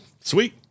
Sweet